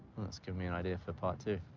that's giving me an idea for part two.